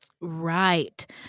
Right